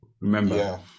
remember